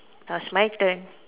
now's my turn